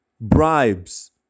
bribes